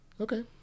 Okay